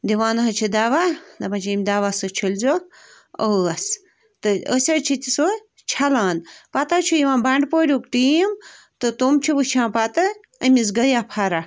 دِوان حظ چھِ دَوا دَپان چھِ ییٚمۍ دوا سۭتۍ چھٔلزیوکھ ٲس تہٕ أسۍ حظ چھِ تہِ سُہ چھَلان پَتہٕ حظ چھِ یِوان بَنٛڈٕپوریُک ٹیٖم تہٕ تِم چھِ وٕچھان پَتہٕ أمِس گٔیَاہ فرق